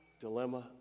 dilemma